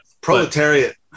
Proletariat